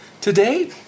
Today